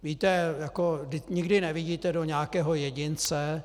Víte, nikdy nevidíte do nějakého jedince.